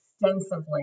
extensively